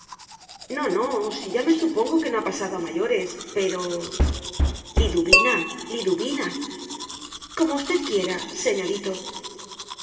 no no si ya me supongo que no ha pasado a mayores pero liduvina liduvina como usted quiera señorito